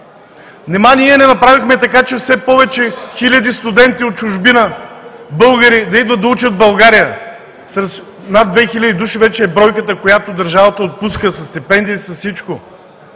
Нима ние не направихме така, че все повече, хиляди студенти от чужбина – българи, да идват да учат в България? Над 2000 души вече е бройката, която държавата отпуска със стипендии, с всичко,